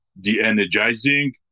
de-energizing